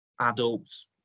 adults